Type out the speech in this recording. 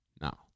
Now